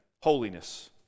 holiness